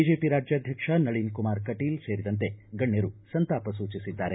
BJP ರಾಜ್ಯಾಧ್ವಕ್ಷ ನಳಿನ್ಕುಮಾರ್ ಕಟೀಲ್ ಸೇರಿದಂತೆ ಗಣ್ಯರು ಸಂತಾಪ ಸೂಚಿಸಿದ್ದಾರೆ